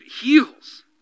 heals